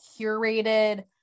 curated